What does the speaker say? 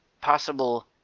possible